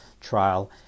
trial